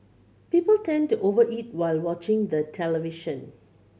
people tend to over eat while watching the television